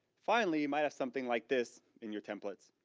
finally, you might have something like this in your templates.